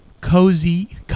cozy